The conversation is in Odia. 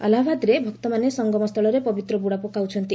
ଆହ୍ଲାବାଦରେ ଭକ୍ତମାନେ ସଙ୍ଗମସ୍ଥଳରେ ପବିତ୍ର ବୁଡ଼ ପକାଉଛନ୍ତି